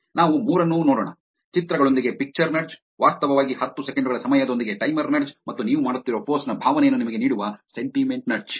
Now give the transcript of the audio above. ನಾವು ಮೂರನ್ನೂ ನೋಡೋಣ ಚಿತ್ರಗಳೊಂದಿಗೆ ಪಿಕ್ಚರ್ ನಡ್ಜ್ ವಾಸ್ತವವಾಗಿ ಹತ್ತು ಸೆಕೆಂಡು ಗಳ ಸಮಯದೊಂದಿಗೆ ಟೈಮರ್ ನಡ್ಜ್ ಮತ್ತು ನೀವು ಮಾಡುತ್ತಿರುವ ಪೋಸ್ಟ್ ನ ಭಾವನೆಯನ್ನು ನಿಮಗೆ ನೀಡುವ ಸೆಂಟಿಮೆಂಟ್ ನಡ್ಜ್